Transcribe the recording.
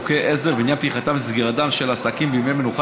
חוקי עזר בעניין פתיחתם וסגירתם של עסקים בימי מנוחה